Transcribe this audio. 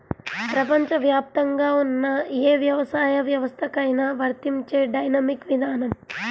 ప్రపంచవ్యాప్తంగా ఉన్న ఏ వ్యవసాయ వ్యవస్థకైనా వర్తించే డైనమిక్ విధానం